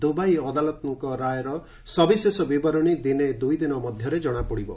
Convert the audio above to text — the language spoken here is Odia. ଦୁବାଇ ଅଦାଲତଙ୍କ ରାୟର ସବିଶେଷ ବିବରଣୀ ଦିନେ ଦୁଇଦିନ ମଧ୍ୟରେ ଜଣାପଡ଼ିବ